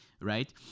Right